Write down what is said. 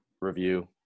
review